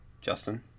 Justin